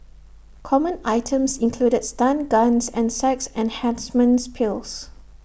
common items included stun guns and sex enhancement pills